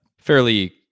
fairly